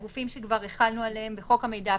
יש את הגופים שכבר החלנו עליהם בחוק המידע הפלילי,